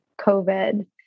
COVID